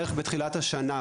בערך בתחילת השנה,